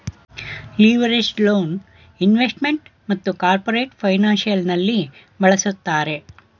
leveraged loan investment ಮತ್ತು corporate financial ನಲ್ಲಿ ಬಳಸುತ್ತಾರೆ